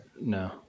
no